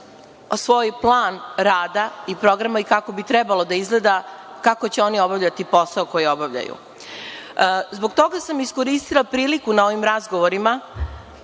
svoj plan rada i programa i kako bi trebalo da izgleda kako će oni obavljati posao koji obavljaju. Zbog toga sam iskoristila priliku na ovim razgovorima